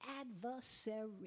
adversary